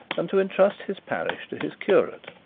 and to entrust his parish to his curate.